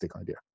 idea